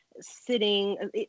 sitting